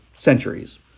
centuries